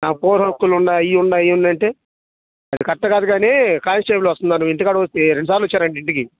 నాకు పౌర హక్కులు ఉంటాయి అవి ఉంటాయి ఇవి ఉంటాయి అంటే అది కరెక్ట్ కాదు కానీ కానిస్టేబుల్ వస్తున్నారు నువ్వు ఇంటికాడికి వచ్చి రెండుసార్లు వచ్చారట ఇంటికి